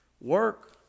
work